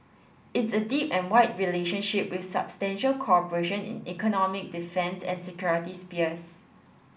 it's a deep and wide relationship with substantial cooperation in economic defence and security spheres